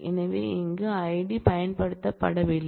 எனவே இங்கே ஐடி பயன்படுத்தப்படவில்லை